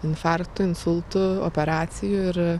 infarktų insultų operacijų ir